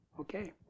Okay